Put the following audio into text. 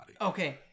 Okay